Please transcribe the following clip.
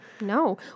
No